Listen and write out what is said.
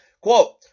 quote